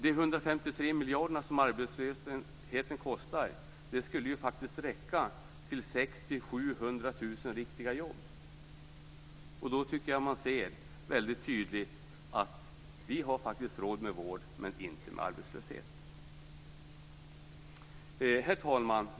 De 153 miljarder som arbetslösheten kostar skulle faktiskt räcka till 600 000-700 000 riktiga jobb. Då tycker jag att man ser mycket tydligt att vi faktiskt har råd med vård men inte med arbetslöshet. Herr talman!